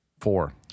Four